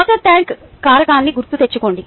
water tank కారకాన్ని గుర్తుతెచ్చుకోండి